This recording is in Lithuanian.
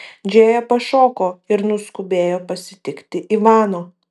džėja pašoko ir nuskubėjo pasitikti ivano